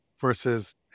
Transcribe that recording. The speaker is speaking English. versus